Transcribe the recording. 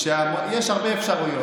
יש הרבה אפשרויות.